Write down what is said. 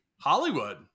Hollywood